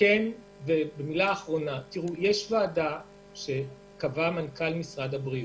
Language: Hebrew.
ומילה אחרונה: יש ועדה שקבע מנכ"ל משרד הבריאות,